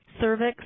cervix